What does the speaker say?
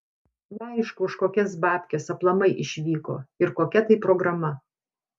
neaišku už kokias babkes aplamai išvyko ir kokia tai programa